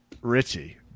Richie